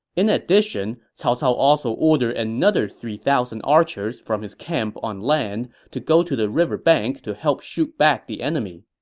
in addition, cao cao also ordered another three thousand archers from his camp on land to go to the river bank to help shoot back the enemy.